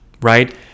right